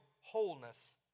wholeness